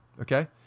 Okay